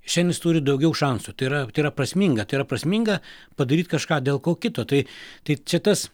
šiandien jis turi daugiau šansų tai yra tai yra prasminga tai yra prasminga padaryt kažką dėl ko kito tai tai čia tas